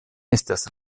estas